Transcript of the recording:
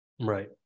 right